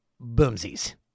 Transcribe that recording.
Boomsies